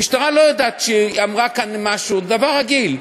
המשטרה לא יודעת שהיא אמרה כאן משהו, זה דבר רגיל,